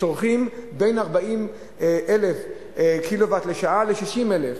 שצורכים בין 40,000 קילוואט-שעה ל-60,000.